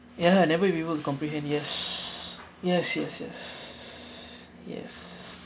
ya never we will comprehend yes yes yes yes yes